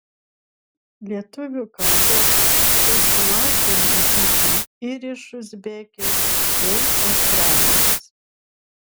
lietuvių kalbos kursai sulaukė lankytojų ir iš uzbekijos bei australijos